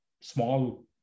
small